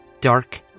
dark